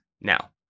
now